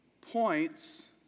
points